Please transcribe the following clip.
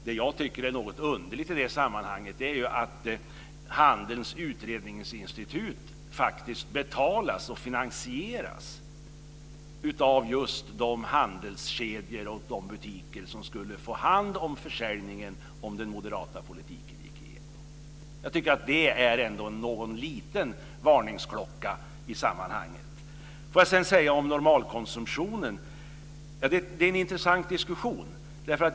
Det jag tycker är något underligt är att Handelns Utredningsinstitut faktiskt betalas och finansieras av just de handelskedjor och butiker som skulle få hand om försäljningen om den moderata politiken gick igenom. Jag tycker att det ändå är någon liten varningsklocka. Om normalkonsumtionen vill jag säga att det är en intressant diskussion.